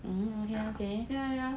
yeah yeah